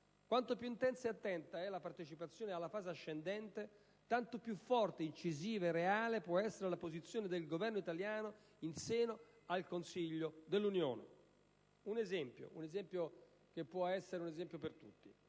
Quanto più intensa e attenta è la partecipazione alla fase ascendente, tanto più forte, incisiva e reale può essere la posizione del Governo italiano in seno al Consiglio dell'Unione. A questo riguardo riporto un esempio. Proprio